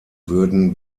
würden